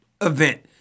event